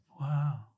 Wow